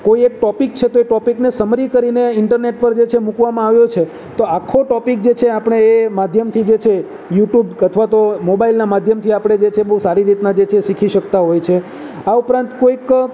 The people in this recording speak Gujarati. કોઈ એક ટોપિક છે તો એ ટોપિકને સમરી કરીને ઈન્ટરનેટ પર જે છે મૂકવામાં આવ્યો છે તો આખો ટોપિક જે છે એ આપણે એ માધ્યમથી જે છે યુટુબ અથવા તો મોબાઈલનાં માધ્યમથી આપણે જે છે બહુ સારી રીતે જે છે એ શીખી શકતા હોય છે આ ઉપરાંત કોઈક